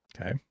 okay